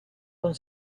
con